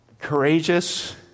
courageous